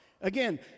Again